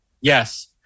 yes